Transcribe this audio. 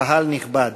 קהל נכבד,